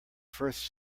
first